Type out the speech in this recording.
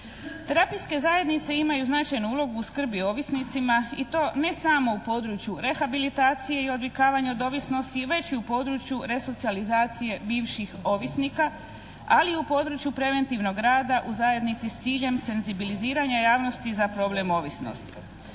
Terapijske zajednice imaju značajnu ulogu u skrbi ovisnicima i to ne samo u području rehabilitacije i odvikavanja od ovisnosti i već i u području resocijalizacije bivših ovisnika, ali i u području preventivnog rada u zajednici s ciljem senzibiliziranja javnosti za problem ovisnosti.